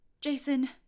Jason